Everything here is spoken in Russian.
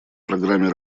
программе